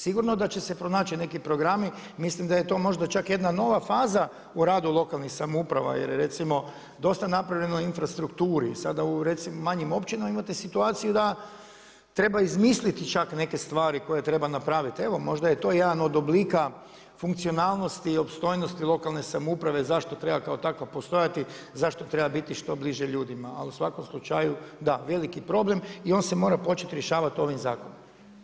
Sigurno da će se pronaći neki programi, mislim da je to čak možda jedna nova faza u radu lokalnih samouprava jer je recimo dosta napravljeno u infrastrukturi i sad u manjim općinama imate situaciju da treba izmisliti čak neke stvari koje treba napraviti, evo možda je to jedan od oblika funkcionalnosti i opstojnosti lokalne samouprave zašto treba kao takva postojati, zašto treba biti što bliže ljudima ali u svakom slučaju, da, veliki problem i on se mora početi rješavati ovim zakonom.